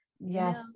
yes